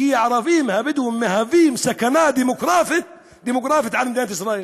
כי הערבים הבדואים מהווים סכנה דמוגרפית למדינת ישראל.